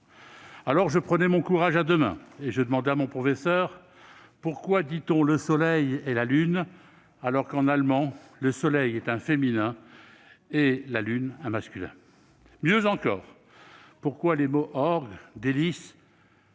Alors, je prenais mon courage à deux mains et je demandais à mon professeur :« Pourquoi dit-on le soleil et la lune alors qu'en allemand le soleil est un terme féminin et la lune un mot masculin ?» Mieux encore, je lui demandais pourquoi les mots « orgue »,« délice »